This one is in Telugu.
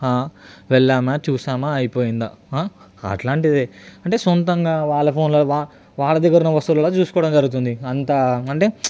వెళ్ళామా చూశామా అయిపోయిందా అలాంటిది అంటే సొంతంగా వాళ్ళ ఫోన్లో వా వాళ్ళ దగ్గరున్న వస్తువులో చూసుకోవడం జరుగుతుంది అంత అంటే